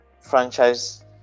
franchise